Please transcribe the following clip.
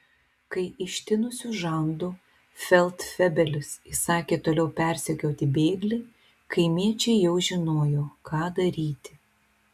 kai ištinusiu žandu feldfebelis įsakė toliau persekioti bėglį kaimiečiai jau žinojo ką daryti